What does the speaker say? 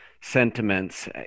sentiments